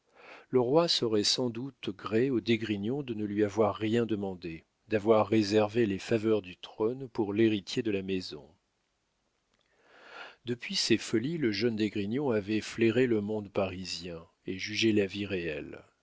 le roi saurait sans doute gré aux d'esgrignon de ne lui avoir rien demandé d'avoir réservé les faveurs du trône pour l'héritier de la maison depuis ses folies le jeune d'esgrignon avait flairé le monde parisien et jugé la vie réelle